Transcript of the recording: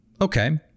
okay